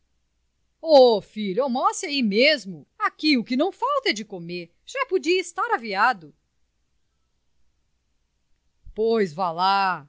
ó filho almoce ai mesmo aqui o que não falta é de comer já podia estar aviado pois vá lá